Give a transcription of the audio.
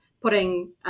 putting